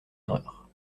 erreur